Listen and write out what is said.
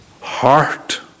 heart